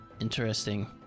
Interesting